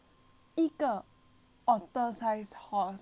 otters size horse horse size otter